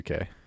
UK